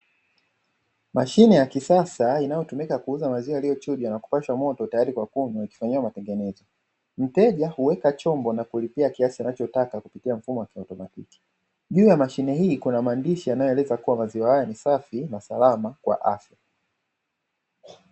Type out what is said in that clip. Mashine ya kisasa, inayotumika kuuza maziwa yaliyochujwa na kupashwa moto tayari kwa kunywa, imefanyiwa matengenezo. Mteja huweka chombo na kulipia kiasi anachotoka kupitia mfumo wa kiautomatiki. Juu ya mashine hii kuna maandishi yanayoeleza kuwa maziwa haya ni safi na salama kwa afya.